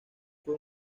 fue